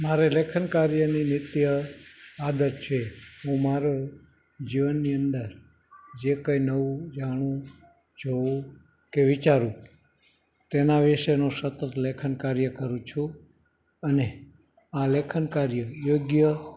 મારે લેખનકાર્યની નિત્ય આદત છે હું મારું જીવનની અંદર જે કંઈ નવું જાણું જોઉં કે વિચારું તેના વિશેનું સતત લેખન કાર્ય કરું છું અને આ લેખનકાર્ય યોગ્ય